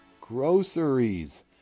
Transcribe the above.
Groceries